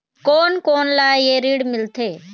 कोन कोन ला ये ऋण मिलथे?